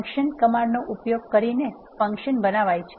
function કમાન્ડનો ઉપયોગ કરીને ફંક્શન બનાવાય છે